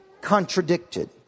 contradicted